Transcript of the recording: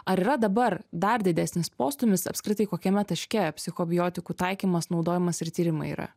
ar yra dabar dar didesnis postūmis apskritai kokiame taške psichobiotikų taikymas naudojimas ir tyrimai yra